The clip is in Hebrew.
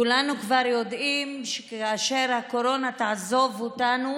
כולנו כבר יודעים שכאשר הקורונה תעזוב אותנו